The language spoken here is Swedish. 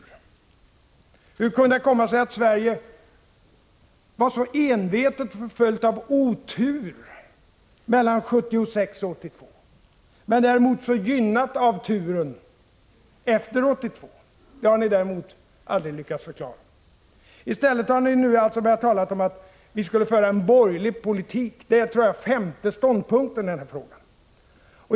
— Men hur kunde det komma sig att Sverige var så envetet förföljt av otur mellan 1976 och 1982 men däremot så gynnat av turen efter 1982? Det har ni aldrig lyckats förklara. I stället har ni nu börjat tala om att vi skulle föra en borgerlig politik, och jag tror att det är er femte ståndpunkt i den här frågan.